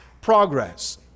Progress